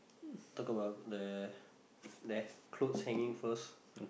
talk about the there clothes hanging first